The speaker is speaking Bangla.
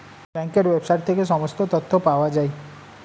ব্যাঙ্কের ওয়েবসাইট থেকে সমস্ত তথ্য পাওয়া যায়